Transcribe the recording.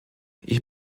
ich